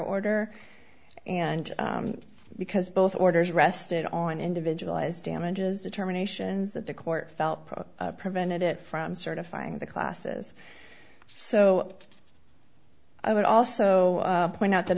order and because both orders rested on individualized damages determinations that the court felt probably prevented it from certifying the classes so i would also point out that